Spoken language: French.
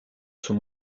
sont